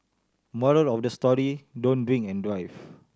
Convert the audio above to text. moral of the story don't drink and drive